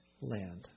land